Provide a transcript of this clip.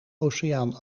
oceaan